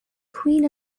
queen